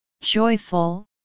joyful